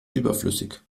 überflüssig